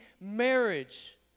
marriage